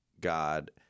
God